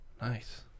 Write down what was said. Nice